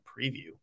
preview